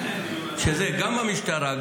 שזה גם המשטרה,